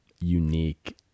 unique